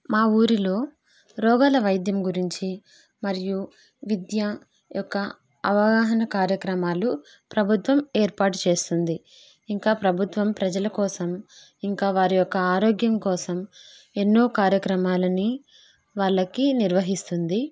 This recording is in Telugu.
మా ఊరిలో రోగాల వైద్యం గురించి మరియు విద్య యొక్క అవగాహన కార్యక్రమాలు ప్రభుత్వం ఏర్పాటు చేస్తుంది ఇంకా ప్రభుత్వం ప్రజల కోసం ఇంకా వారి యొక్క ఆరోగ్యం కోసం ఎన్నో కార్యక్రమాలని వాళ్ళకి నిర్వహిస్తుంది